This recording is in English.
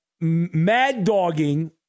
mad-dogging